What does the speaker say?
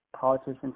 politicians